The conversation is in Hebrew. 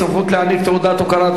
הסמכות להעניק תעודת הוקרה),